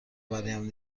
برایم